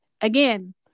again